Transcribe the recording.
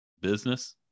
business